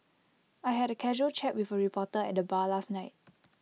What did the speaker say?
I had A casual chat with A reporter at the bar last night